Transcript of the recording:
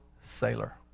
sailor